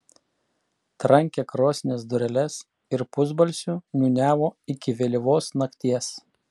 trankė krosnies dureles ir pusbalsiu niūniavo iki vėlyvos nakties